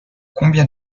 combien